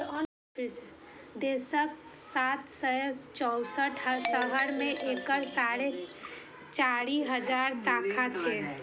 देशक सात सय चौंसठ शहर मे एकर साढ़े चारि हजार शाखा छै